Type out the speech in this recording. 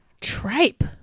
Tripe